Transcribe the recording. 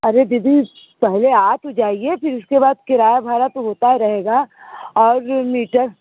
अरे दीदी पहले आ तो जाइए फिर उसके बाद किराया भाड़ा तो होता ही रहेगा और मीटर